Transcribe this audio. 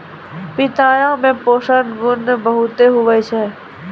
पिताया मे पोषण गुण बहुते हुवै छै